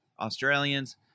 Australians